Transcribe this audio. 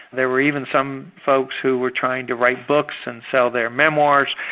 there were even some folks who were trying to write books and sell their memoirs,